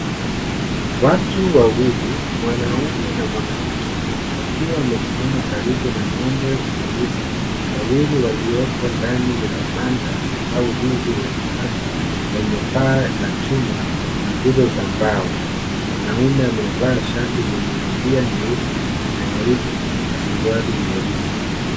Watu wawii, mwanaume na mwanamke, wakiwa wamesimama karibu na ng'ombe mweusi wawili walioko ndani ya zizi la banda au zizi la kisasa lenye paa la chuma na nguzo za mbao. Mwanaume amevaa shati la milia na nyeupe na suruali nyeusi.